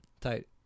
Tight